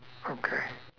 okay